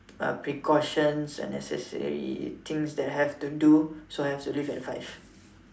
uh precautions and necessary things that I have to do so I have to leave at five